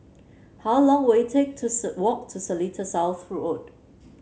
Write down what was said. how long will it take to walk to Seletar South Road